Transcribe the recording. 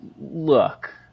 look